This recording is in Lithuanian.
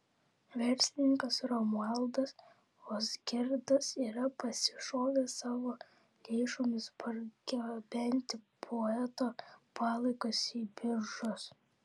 verslininkas romualdas ozgirdas yra pasišovęs savo lėšomis pargabenti poeto palaikus į biržus